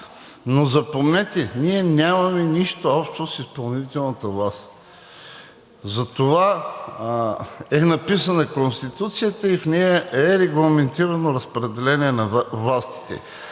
но запомнете: ние нямаме нищо общо с изпълнителната власт. Затова е написана Конституцията и в нея е регламентирано разпределение на властите.